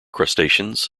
crustaceans